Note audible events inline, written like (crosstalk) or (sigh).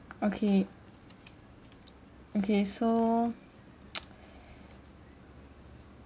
okay okay so (noise)